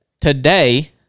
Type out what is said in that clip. today